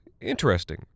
interesting